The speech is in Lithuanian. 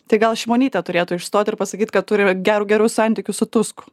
tai gal šimonytė turėtų išstot ir pasakyt kad turime geru gerus santykius su tusku